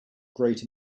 great